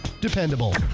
Dependable